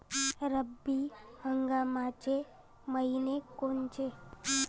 रब्बी हंगामाचे मइने कोनचे?